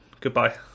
Goodbye